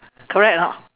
correct or not